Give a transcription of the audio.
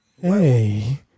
Hey